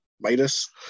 Midas